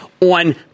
on